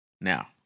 Now